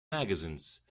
magazines